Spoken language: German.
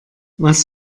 was